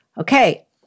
Okay